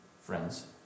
friends